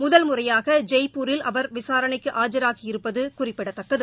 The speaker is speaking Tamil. முதல்முறையாக ஜெய்ப்பூரில் அவர் விசாரணைக்கு ஆஜராகியிருப்பது குறிப்பிடத்தக்கது